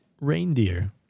reindeer